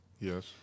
yes